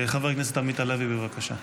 חבר הכנסת עמית הלוי, בבקשה.